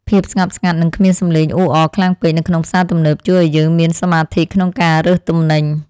ភាពស្ងប់ស្ងាត់និងគ្មានសំឡេងអ៊ូអរខ្លាំងពេកនៅក្នុងផ្សារទំនើបជួយឱ្យយើងមានសមាធិក្នុងការរើសទំនិញ។